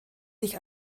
sich